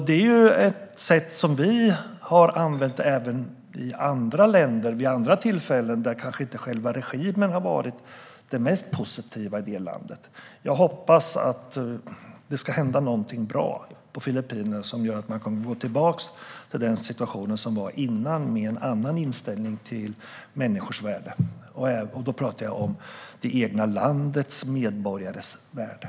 Det är ett sätt som vi har använt även i andra länder vid andra tillfällen där själva regimen kanske inte har varit det mest positiva i det landet. Jag hoppas att det ska hända någonting bra på Filippinerna som gör att man kan gå tillbaka till den situation som rådde tidigare med en annan inställning till människors värde. Då talar jag om det egna landets medborgares värde.